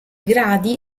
gradi